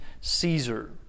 Caesar